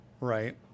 right